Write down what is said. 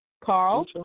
Carl